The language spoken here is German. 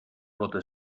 wurde